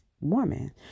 woman